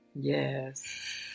Yes